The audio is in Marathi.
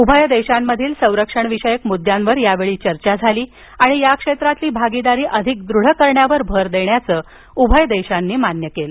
उभय देशांमधील संरक्षणविषयक मुद्द्यांवर यावेळी चर्चा झाली आणि या क्षेत्रातील भागीदारी अधिक दृढ करण्यावर भर देण्याचं उभय देशांनी मान्य केलं